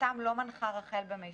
שאותם לא מנחה רח"ל במישרין,